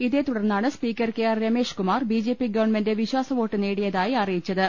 ഇതേത്തുടർന്നാണ് speaker K R Rameshkumar B J P government വിശ്വാസ് vote നേടിയതായി അറിയിച്ചത്